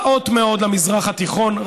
רעות מאוד למזרח התיכון.